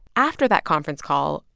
after that conference call,